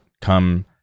come